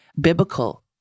biblical